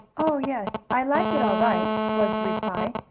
oh, yes, i like it all right, was the reply,